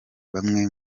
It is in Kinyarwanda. bamwe